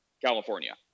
California